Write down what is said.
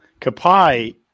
Kapai